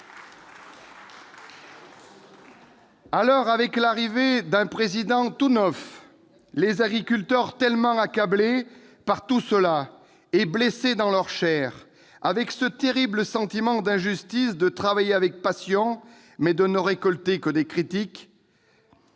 Alors, avec l'arrivée d'un Président-tout neuf, les agriculteurs, tellement accablés par tout cela et blessés dans leur chair, avec ce terrible sentiment d'injustice né du fait que, travaillant avec passion, ils ne récoltent que des critiques,